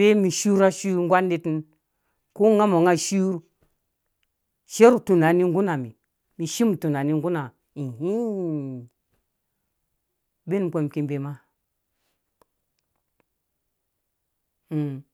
mɛna mum ko ngamɔ nga shur shiyo rru tunani nggu rha nga mi shim nu tunani nggu na nga ubin kpo mum ici bema.